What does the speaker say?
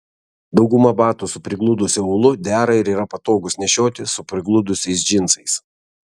dauguma batų su prigludusiu aulu dera ir yra patogūs nešioti su prigludusiais džinsais